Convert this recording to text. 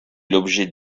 l’objet